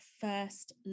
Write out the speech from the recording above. first